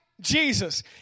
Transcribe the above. Jesus